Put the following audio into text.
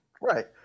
right